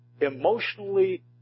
emotionally